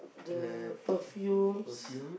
the perfumes